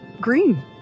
green